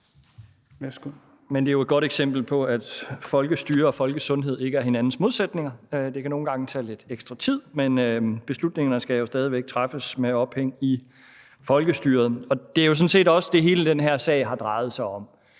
(V): Det er jo et godt eksempel på, at folkestyre og folkesundhed ikke er hinandens modsætninger. Det kan nogle gange tage lidt ekstra tid, men beslutningerne skal jo stadig væk træffes med ophæng i folkestyret. Det er jo sådan set også det, hele den her sag har drejet sig om.